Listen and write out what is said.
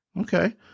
Okay